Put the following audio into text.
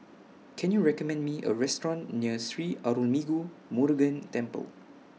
Can YOU recommend Me A Restaurant near Sri Arulmigu Murugan Temple